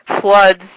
floods